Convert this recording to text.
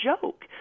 joke